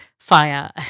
fire